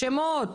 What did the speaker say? שמות.